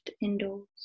indoors